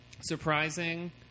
surprising